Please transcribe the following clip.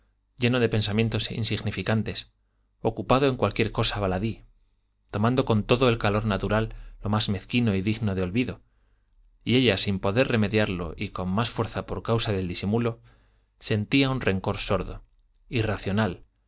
lleno de pensamientos insignificantes ocupado en cualquier cosa baladí tomando con todo el calor natural lo más mezquino y digno de olvido y ella sin poder remediarlo y con más fuerza por causa del disimulo sentía un rencor sordo irracional